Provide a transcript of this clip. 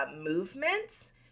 movements